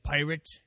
Pirate